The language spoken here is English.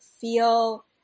feel